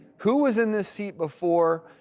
who was in this seat before?